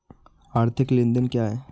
आर्थिक लेनदेन क्या है?